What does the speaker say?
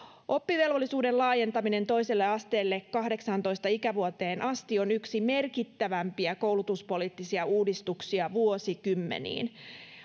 oppivelvollisuuden laajentaminen toiselle asteelle kahdeksaantoista ikävuoteen asti on yksi merkittävimpiä koulutuspoliittisia uudistuksia vuosikymmeniin